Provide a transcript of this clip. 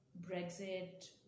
Brexit